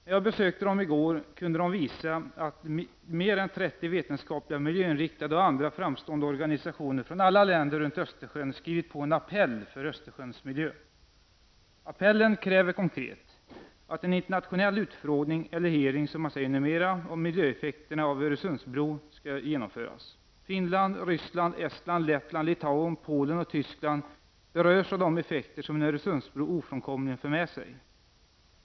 När jag besökte dem i går kunde de visa att mer än 30 vetenskapliga, miljöinriktade och andra framstående organisationer från alla länder runt Östersjön skrivit på en appell för Östersjöns miljö. Apellen kräver konkret att en internationell utfrågning -- eller hearing som man säger numera -- Litauen, Polen och Tyskland berörs av de effekter som en Öresundsbro ofrånkomligen för med sig.